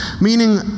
Meaning